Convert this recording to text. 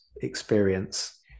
experience